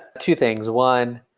two things. one,